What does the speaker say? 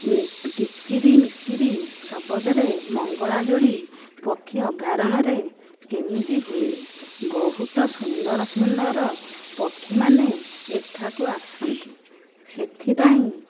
କିଚିରି ମିଚିରି ଶବ୍ଦରେ ମଙ୍ଗଳ ଯୋଡ଼ି ପକ୍ଷୀ ଅଭୟାରଣ୍ୟରେ କେମିତି ହୁଏ ବହୁତ ସୁନ୍ଦର ସୁନ୍ଦର ପକ୍ଷୀ ମାନେ ଏଠାକୁ ଆସନ୍ତି ସେଥିପାଇଁ